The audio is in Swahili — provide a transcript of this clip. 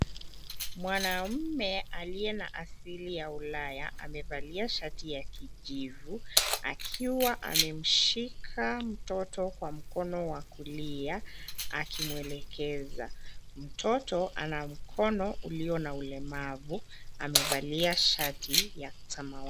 Mwanamke aliye na asili ya ulaya amevalia shati ya kijivu akiwa amemshika mtoto kwa mkono wa kulia akimwelekeza. Mtoto ana mkono ulio na ulemavu amevalia shati ya samawati.